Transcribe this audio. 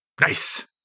Nice